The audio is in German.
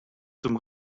zum